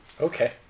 Okay